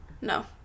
No